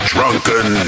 Drunken